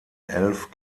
elf